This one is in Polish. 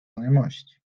znajomości